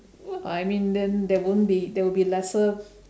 I mean then there won't be there will be lesser